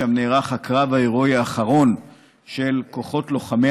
שם נערך הקרב ההירואי האחרון של כוחות לוחמי